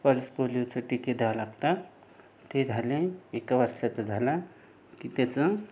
pulse पोलिओचे टिके द्यावे लागतात ते झाले एका वर्षाचा झाला की त्याचं